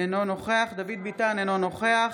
אינו נוכח דוד ביטן, אינו נוכח